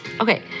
Okay